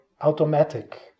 automatic